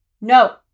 No